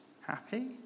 Happy